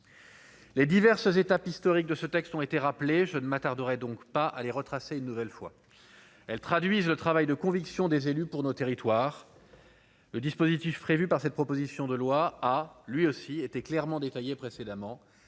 Les diverses étapes historiques de ce texte ont été rappelés, je ne m'attarderai donc pas à les retracer une nouvelle fois, elles traduisent le travail de conviction des élus pour nos territoires le dispositif prévu par cette proposition de loi, a lui aussi été clairement détaillés précédemment